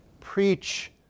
preach